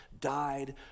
died